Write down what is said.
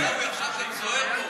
עיסאווי, עכשיו גם זוהיר פה.